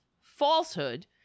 falsehood